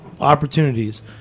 opportunities